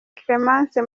clemence